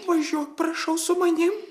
važiuok prašau su manim